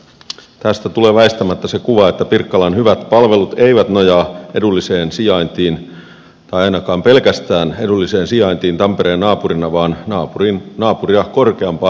tästä tulee väistämättä se kuva että pirkkalan hyvät palvelut eivät nojaa edulliseen sijaintiin tai ainakaan pelkästään edulliseen sijaintiin tampereen naapurina vaan naapuria korkeampaan veroprosenttiin